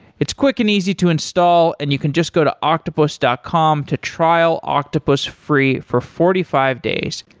it's quick and easy to install and you can just go to octopus dot com to trial octopus free for forty five days.